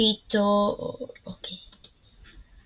Ptychodactiaria Rugosa או Tetracoralla